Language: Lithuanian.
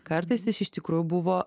kartais jis iš tikrųjų buvo